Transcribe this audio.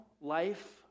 life